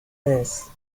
this